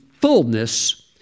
fullness